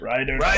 Rider